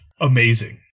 amazing